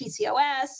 PCOS